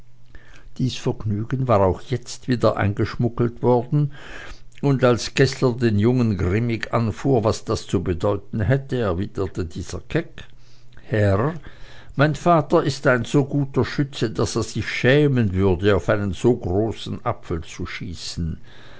dies vergnügen war auch hier wieder eingeschmuggelt worden und als geßler den jungen grimmig anfuhr was das zu bedeuten hätte erwiderte dieser keck herr mein vater ist ein so guter schütz daß er sich schämen würde auf einen so großen apfel zu schießen